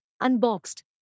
unboxed